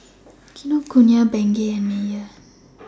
Kinokuniya Bengay and Mayer